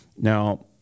Now